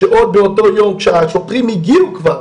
שעוד באותו יום, כשהשוטרים הגיעו כבר